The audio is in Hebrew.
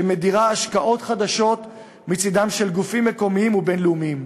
שמדירה השקעות חדשות מצד גופים מקומיים ובין-לאומיים.